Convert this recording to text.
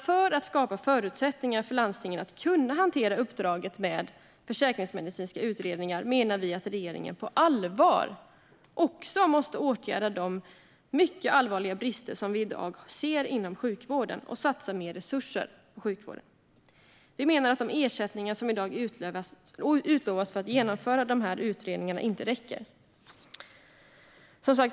För att skapa förutsättningar för landstingen att kunna hantera uppdraget med försäkringsmedicinska utredningar menar vi att regeringen på allvar också måste åtgärda de mycket allvarliga brister som vi i dag ser inom sjukvården och satsa resurser på sjukvården. Vi menar att de ersättningar som i dag utlovas för att genomföra de här utredningarna inte räcker.